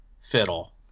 fiddle